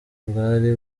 bwari